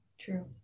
True